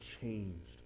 changed